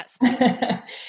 Yes